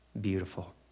beautiful